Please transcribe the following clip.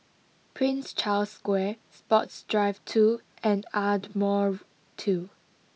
Prince Charles Square Sports Drive two and Ardmore two